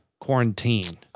quarantine